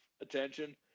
attention